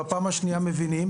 בפעם השנייה מבינים,